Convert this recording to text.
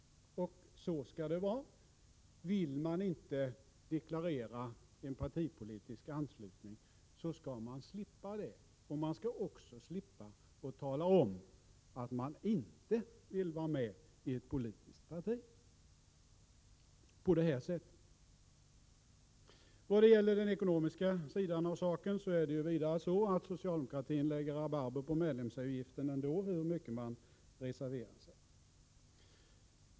Så skall det vara. Vill man inte deklarera en politisk anslutning skall man slippa det. Man skall också slippa att tala om att man inte vill vara med i ett politiskt parti. I ekonomiskt hänseende är det så, att socialdemokratin lägger rabarber på medlemsavgiften ändå, hur mycket man än reserverar sig.